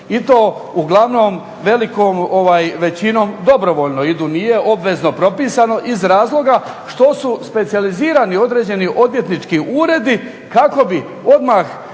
I to uglavnom velikom većinom dobrovoljno. Tu nije obvezno propisano iz razloga što su specijalizirani određeni odvjetnički uredi kako bi odmah